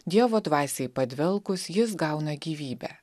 dievo dvasiai padvelkus jis gauna gyvybę